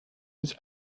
bis